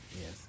Yes